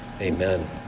Amen